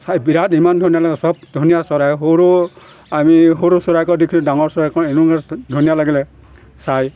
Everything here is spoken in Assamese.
চৰাই চিৰিকটি ইমান ধুনীয়া লাগে চব ধুনীয়া চৰাই সৰু আমি সৰু চৰাইকো দেখি ডাঙৰ চৰাইকো ধুনীয়া লাগিলে চাই